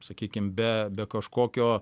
sakykim be be kažkokio